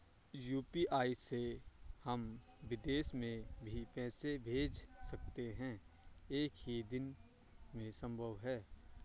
UPI से हम विदेश में भी पैसे भेज सकते हैं एक ही दिन में संभव है?